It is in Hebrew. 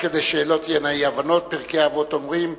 רק כדי שלא תהיינה אי-הבנות, פרקי אבות אומרים: